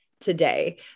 today